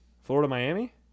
Florida-Miami